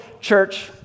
church